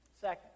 Second